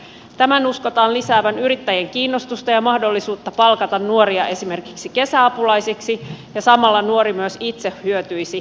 tämän uskotaan lisäävän yrittäjien kiinnostusta ja mahdollisuutta palkata nuoria esimerkiksi kesäapulaisiksi ja samalla nuori myös itse hyötyisi